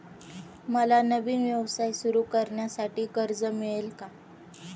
मला नवीन व्यवसाय सुरू करण्यासाठी कर्ज मिळेल का?